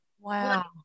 Wow